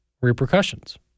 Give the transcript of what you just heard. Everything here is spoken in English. repercussions